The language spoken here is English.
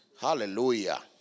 Hallelujah